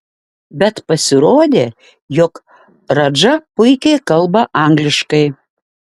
bet pasirodė jog radža puikiai kalba angliškai